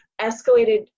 escalated